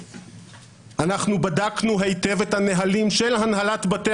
אנחנו בדקנו היטב את הנהלים של הנהלת בתי